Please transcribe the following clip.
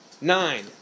Nine